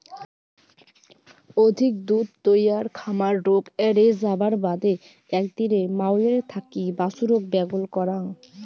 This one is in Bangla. অধিক দুধ তৈয়ার খামার রোগ এ্যারে যাবার বাদে একদিনে মাওয়ের থাকি বাছুরক ব্যাগল করাং